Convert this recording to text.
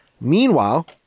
Meanwhile